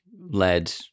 led